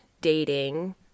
dating